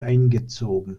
eingezogen